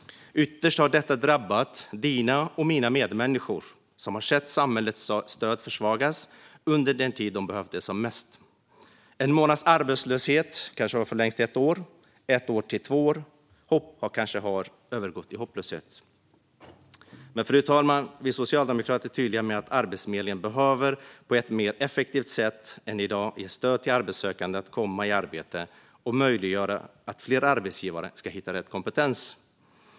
Ytterst har detta drabbat dina och mina medmänniskor, som har sett samhällets stöd försvagas under den tid de behövt det som mest. En månads arbetslöshet kanske har förlängts till ett år, och ett år till två år. Hopp har kanske övergått i hopplöshet. Fru talman! Vi socialdemokrater är tydliga med att Arbetsförmedlingen på ett mer effektivt sätt än i dag behöver ge stöd till arbetssökande att komma i arbete och möjliggöra att fler arbetsgivare ska hitta rätt kompetens.